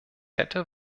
hätte